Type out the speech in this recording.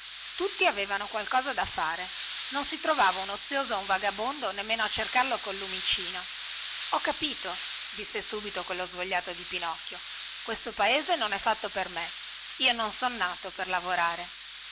tutti avevano qualche cosa da fare non si trovava un ozioso o un vagabondo nemmeno a cercarlo col lumicino ho capito disse subito quello svogliato di pinocchio questo paese non è fatto per me io non son nato per lavorare